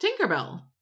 tinkerbell